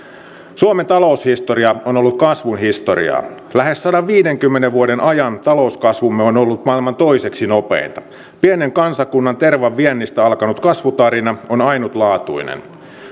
suomen taloushistoria on ollut kasvun historiaa lähes sadanviidenkymmenen vuoden ajan talouskasvumme on ollut maailman toiseksi nopeinta pienen kansakunnan tervan viennistä alkanut kasvutarina on ainutlaatuinen